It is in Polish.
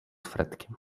fredkiem